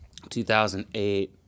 2008